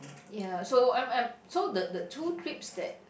ya so I'm I'm so the the two trips that